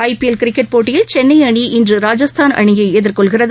IPL cricket போட்டியில் சென்னை அணி இன்று ராஜஸ்தான் அணியை எதிர்கொள்கிறது